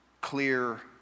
clear